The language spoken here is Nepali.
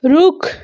रुख